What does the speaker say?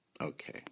okay